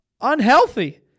unhealthy